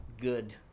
good